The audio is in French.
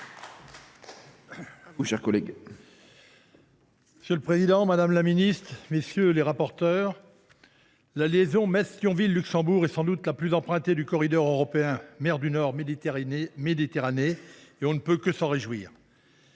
Monsieur le président, madame la secrétaire d’État, mes chers collègues, la liaison Metz Thionville Luxembourg est sans doute la plus empruntée du corridor européen mer du Nord Méditerranée, et on ne peut que s’en réjouir.